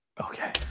okay